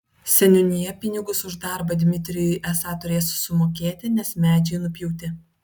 seniūnija pinigus už darbą dmitrijui esą turės sumokėti nes medžiai nupjauti